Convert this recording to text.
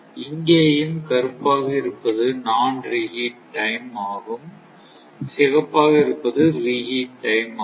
இங்கேயும் கருப்பாக இருப்பது நான் ரீஹீட் டைம் ஆகும் சிகப்பாக இருப்பது ரிஹீட் டைம் ஆகும்